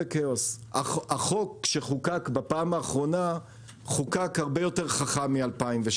החוק שחוקק בפעם האחרונה חוקק הרבה יותר חכם מ-2016.